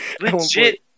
legit